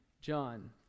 John